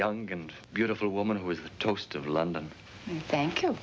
young and beautiful woman who was toast of london thank you